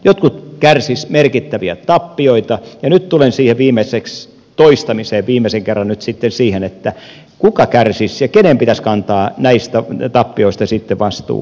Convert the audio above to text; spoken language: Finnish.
jotkut kärsisivät merkittäviä tappioita ja nyt viimeiseksi tulen siihen toistamiseen viimeisen kerran kuka kärsisi ja kenen pitäisi kantaa näistä tappioista vastuu